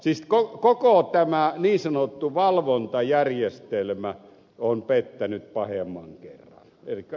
siis koko tämä niin sanottu valvontajärjestelmä on pettänyt pahemman kerran